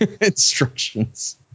instructions